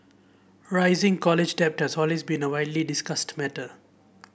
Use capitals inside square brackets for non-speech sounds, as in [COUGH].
rising college debt has [UNINTELLIGIBLE] been a widely discussed matter